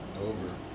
Over